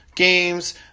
Games